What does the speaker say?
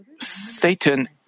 Satan